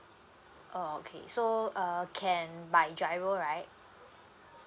oh okay so uh can by giro right